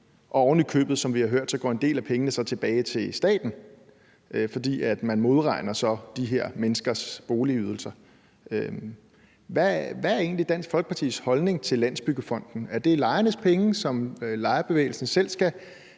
dem tilbage, og som vi har hørt, går pengene ovenikøbet tilbage til staten, fordi man så modregner de her menneskers boligydelser. Hvad er egentlig Dansk Folkepartis holdning til Landsbyggefonden? Er det lejernes penge, som lejerbevægelsen selv skal